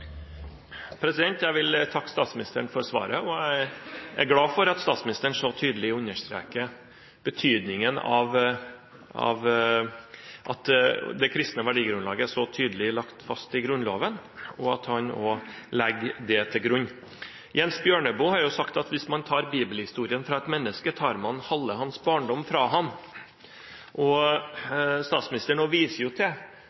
tydelig understreker betydningen av at det kristne verdigrunnlaget tydelig er lagt fast i Grunnloven, og at han også legger det til grunn. Jens Bjørneboe har sagt at hvis man tar bibelhistorien fra et menneske, tar man halve hans barndom fra ham. Statsministeren viser til hva det betyr av utfordringer at vi har et mer flerkulturelt samfunn, og